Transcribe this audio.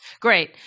Great